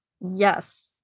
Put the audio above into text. Yes